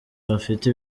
bafite